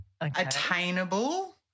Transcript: attainable